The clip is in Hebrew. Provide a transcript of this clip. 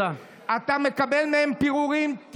אתה מקבל מהם פירורים.